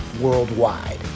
worldwide